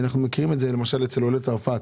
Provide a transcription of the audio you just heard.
אנחנו מכירים את זה למשל אצל עולי צרפת